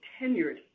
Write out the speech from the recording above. tenured